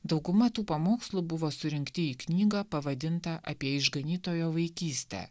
dauguma tų pamokslų buvo surinkti į knygą pavadintą apie išganytojo vaikystę